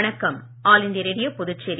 வணக்கம் all India Radio Puducherry